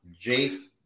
Jace